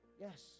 yes